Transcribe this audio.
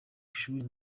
ishuri